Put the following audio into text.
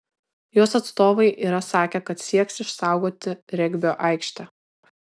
jos atstovai yra sakę kad sieks išsaugoti regbio aikštę